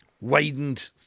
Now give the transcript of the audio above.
widened